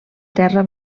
terra